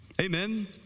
Amen